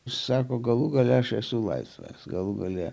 išsako galų gale aš esu laisvas galų gale